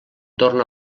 torna